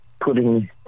putting